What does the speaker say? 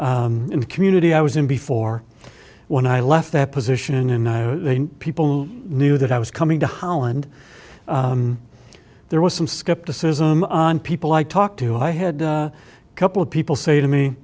in community i was in before when i left that position and people knew that i was coming to holland there was some skepticism on people i talked to i had a couple of people say to me